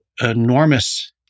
enormous